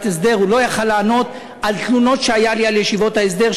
הסדר הוא לא יכול לענות על תלונות שהיו לי נגד ישיבות ההסדר,